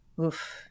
oof